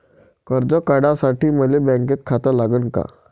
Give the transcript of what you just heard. कर्ज काढासाठी मले बँकेत खातं लागन का?